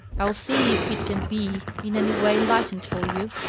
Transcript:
i'll see if it can be in any way lightened for you.